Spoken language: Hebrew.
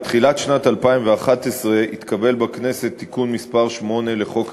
בתחילת שנת 2011 התקבל בכנסת תיקון מס' 8 לחוק המעצרים,